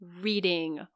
reading